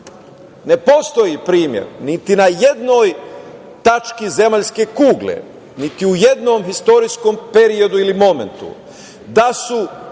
Ne postoji primer, niti na jednoj tački zemaljske kugle, niti u jednom istorijskom periodu ili momentu da su